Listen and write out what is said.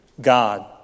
God